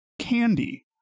candy